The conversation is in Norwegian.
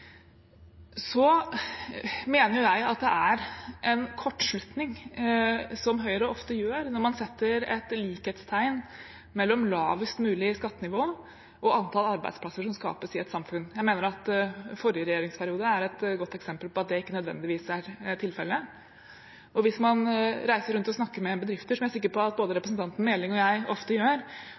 Så det er på ingen måte glemt. Det er mitt ønske at Stortinget kan klare å komme fram til en bedre løsning på den avgiften enn det som nå kom opp i tolvte time fra forlikspartiene. Jeg mener at det er en kortslutning som vi ofte ser hos Høyre, at man setter likhetstegn mellom lavest mulig skattenivå og antall arbeidsplasser som skapes i et samfunn. Jeg mener at forrige regjeringsperiode er et godt eksempel på at det ikke